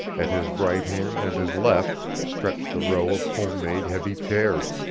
at his right hand and his left stretched the row of home-made heavy chairs,